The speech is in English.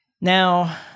Now